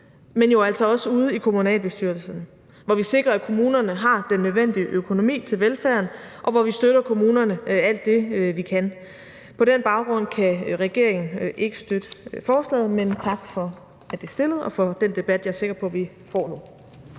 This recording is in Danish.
men jo altså også ude i kommunalbestyrelserne, hvor vi sikrer, at kommunerne har den nødvendige økonomi til velfærden, og hvor vi støtter kommunerne alt det, vi kan. På den baggrund kan regeringen ikke støtte forslaget, men tak for at fremsætte det og for den debat, jeg er sikker på vi får nu.